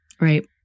Right